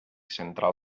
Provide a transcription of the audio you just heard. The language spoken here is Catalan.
central